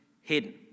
hidden